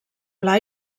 pla